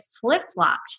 flip-flopped